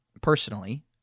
personally